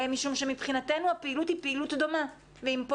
משום שמבחינתנו הפעילות היא פעילות דומה ואם יש פה